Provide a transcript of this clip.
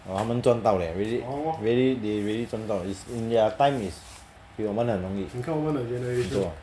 !wah! 他们赚到 leh really really they really 赚到 is their time is 比我们的很容易很多